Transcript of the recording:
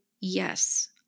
Yes